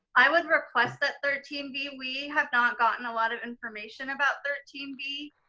i would request that thirteen b, we have not gotten a lot of information about thirteen b.